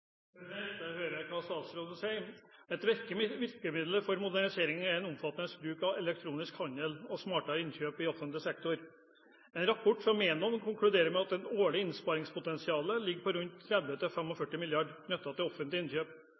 Jeg hører hva statsråden sier. Et viktig virkemiddel for modernisering er omfattende bruk av elektronisk handel og smartere innkjøp i offentlig sektor. En rapport fra Menon konkluderer med at det årlige innsparingspotensialet ligger på rundt 30–45 mrd. kr knyttet til offentlige innkjøp.